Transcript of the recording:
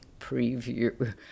preview